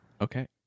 Okay